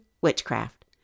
witchcraft